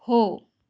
हो